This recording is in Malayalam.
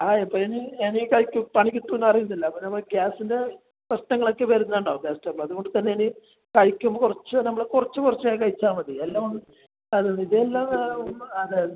ആ ഇപ്പം ഇനി ഇനി കഴിക്കും പണി കിട്ടുമെന്ന് അറിയുന്നില്ല അപ്പോൾ നമുക്ക് ഗ്യാസിൻ്റെ പ്രശ്നങ്ങളൊക്കെ വരുന്നുണ്ടാവും ഗ്യാസ് ട്രബിൾ അതുകൊണ്ട് തന്നെ ഇനി കഴിക്കുമ്പോൾ കുറച്ച് നമ്മൾ കു റച്ച് കുറച്ച് കഴിച്ചാൽ മതി എല്ലാ ഒന്നും ഇതെല്ലാം അതെ